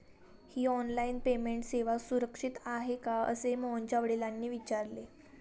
ही online payment सेवा सुरक्षित आहे का असे मोहनच्या वडिलांनी विचारले